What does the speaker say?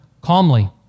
calmly